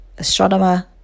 astronomer